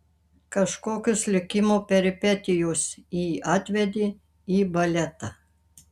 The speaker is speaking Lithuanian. kažkokios likimo peripetijos jį atvedė į baletą